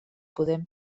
podem